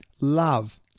love